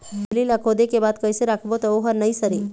गोंदली ला खोदे के बाद कइसे राखबो त ओहर नई सरे?